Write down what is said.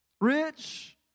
rich